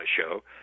show